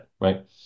right